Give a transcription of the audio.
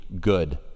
good